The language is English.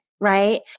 Right